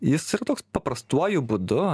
jis yra toks paprastuoju būdu